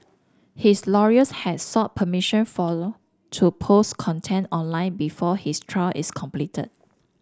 his lawyers had sought permission for to post content online before his trial is completed